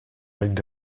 bring